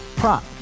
Prop